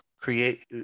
create